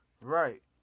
Right